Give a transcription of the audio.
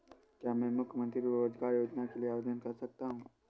क्या मैं मुख्यमंत्री रोज़गार योजना के लिए आवेदन कर सकता हूँ?